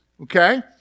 Okay